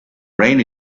rain